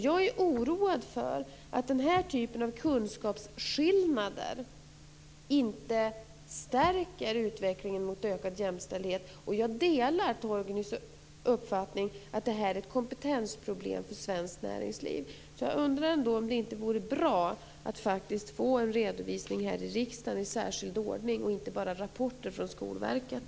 Jag är oroad för att den här typen av kunskapsskillnader inte stärker utvecklingen mot ökad jämställdhet, och jag delar Torgny Danielssons uppfattning att det här är ett kompetensproblem för svenskt näringsliv. Så jag undrar ändå om det inte vore bra att faktiskt få en redovisning här i riksdagen i särskild ordning och inte bara rapporter från Skolverket.